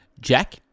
Jack